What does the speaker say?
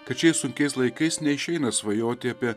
kad šiais sunkiais laikais neišeina svajoti apie